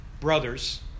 Brothers